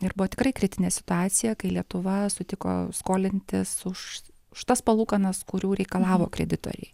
ir buvo tikrai kritinė situacija kai lietuva sutiko skolintis už už tas palūkanas kurių reikalavo kreditoriai